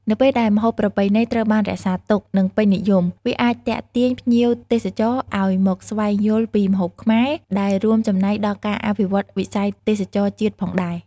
នៅពេលដែលម្ហូបប្រពៃណីត្រូវបានរក្សាទុក និងពេញនិយម វាអាចទាក់ទាញភ្ញៀវទេសចរឱ្យមកស្វែងយល់ពីម្ហូបខ្មែរ ដែលរួមចំណែកដល់ការអភិវឌ្ឍវិស័យទេសចរណ៍ជាតិផងដែរ។